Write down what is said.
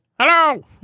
hello